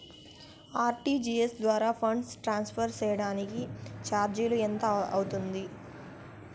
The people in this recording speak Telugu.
ఆర్.టి.జి.ఎస్ ద్వారా ఫండ్స్ ట్రాన్స్ఫర్ సేయడానికి చార్జీలు ఎంత అవుతుంది